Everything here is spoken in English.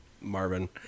Marvin